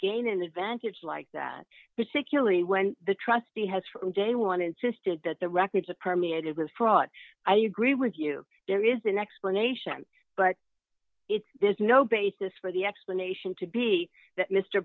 gain an advantage like that particularly when the trustee has from day one insisted that the records of permeated with fraud i agree with you there is an explanation but it's there's no basis for the explanation to be that mr